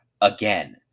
again